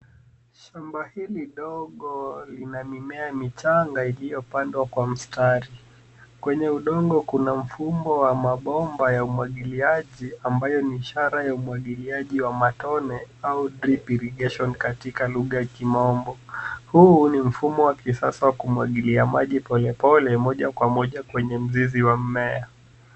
Shamba hili dogo lina mimea michanga iliyopandwa kwa mstari. Kwenye udongo kuna mfumo wa mabomba ya umwagiliaji ambayo ni ishara ya umwagiliaji wa matone au cs[drip irrigation]cs katika lugha ya kimombo. Huu ni mfumo wa kisasa wa kumwagilia maji polepole moja kwa moja kwenye mzizi wa mmea.